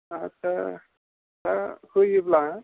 आस्सा दा होयोब्ला